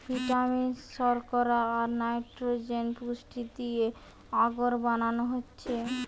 vitamin, শর্করা, আর nitrogen পুষ্টি দিয়ে আগর বানানো হচ্ছে